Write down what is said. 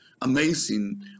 amazing